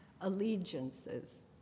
allegiances